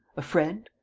a friend?